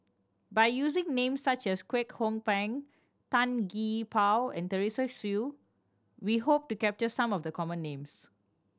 by using names such as Kwek Hong Png Tan Gee Paw and Teresa Hsu we hope to capture some of the common names